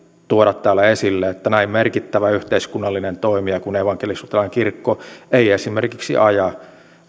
tuoda täällä esille että näin merkittävä yhteiskunnallinen toimija kuin evankelisluterilainen kirkko ei esimerkiksi aja